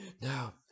now